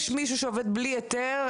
יש מישהו שעובד בלי היתר,